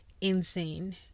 insane